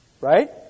right